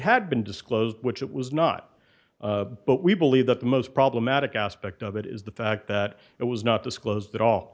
had been disclosed which it was not but we believe that the most problematic aspect of it is the fact that it was not disclosed at all